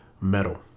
metal